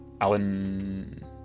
Alan